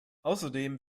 außerdem